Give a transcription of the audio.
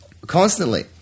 constantly